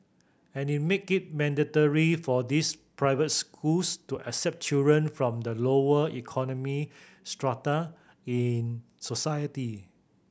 and make it mandatory for these private schools to accept children from the lower economic strata in society